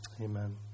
Amen